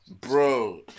Bro